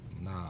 Nah